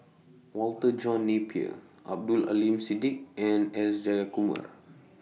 Walter John Napier Abdul Aleem Siddique and S Jayakumar